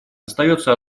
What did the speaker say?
остается